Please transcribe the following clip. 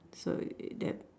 so it it that